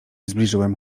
zbliżyłem